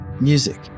Music